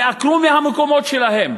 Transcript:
שייעקרו מהמקומות שלהם.